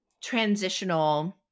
transitional